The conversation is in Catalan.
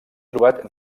trobat